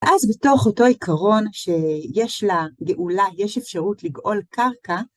ואז בתוך אותו עיקרון שיש לה גאולה, יש אפשרות לגאול קרקע,